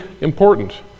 important